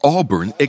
Auburn